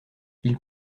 ils